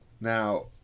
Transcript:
Now